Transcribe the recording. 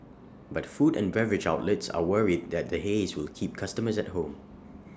but food and beverage outlets are worried that the haze will keep customers at home